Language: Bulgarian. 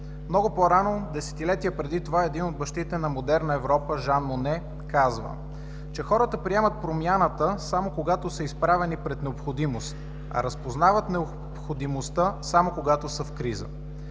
Много по-рано, десетилетия преди това, един от бащите на модерна Европа – Жан Моне, казва, че хората приемат промяната само когато са изправени пред необходимост, а разпознават необходимостта само когато са в криза.